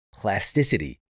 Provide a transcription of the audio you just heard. plasticity